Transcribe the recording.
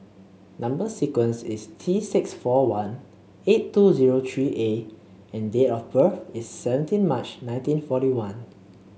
number sequence is T six four one eight two zero three A and date of birth is seventeen March nineteen forty one